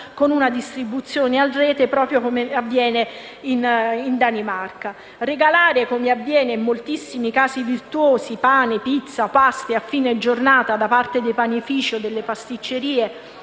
con una distribuzione a rete, proprio come avviene in Danimarca. Regalare, come avviene in moltissimi casi virtuosi, pane, pizza o paste a fine giornata da parte dei panifici o delle pasticcerie